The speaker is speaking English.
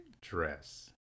dress